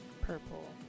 purple